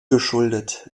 geschuldet